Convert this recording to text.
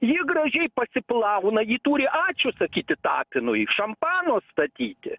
ji gražiai pasiplauna ji turi ačiū sakyti tapinui šampano statyti